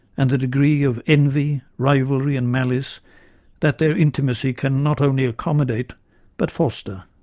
and the degree of envy, rivalry, and malice that their intimacy can not only accommodate but foster.